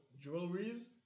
jewelries